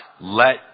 let